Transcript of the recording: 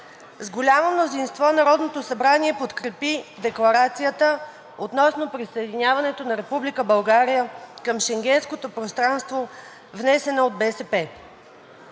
с голямо мнозинство Народното събрание подкрепи декларацията относно присъединяването на Република България към Шенгенското пространство, внесена от БСП.